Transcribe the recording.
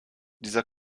dieser